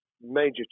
major